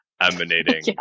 emanating